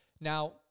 Now